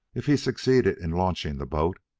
if he succeeded in launching the boat,